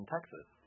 Texas